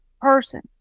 person